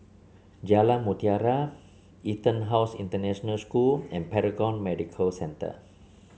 Jalan Mutiara EtonHouse International School and Paragon Medical Centre